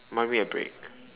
might need a break